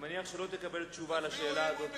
אני מניח שלא תקבל תשובה על השאלה הזאת